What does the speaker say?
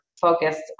focused